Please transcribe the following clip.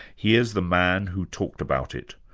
here's the man who talked about it,